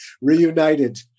reunited